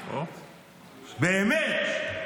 באמת,